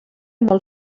molt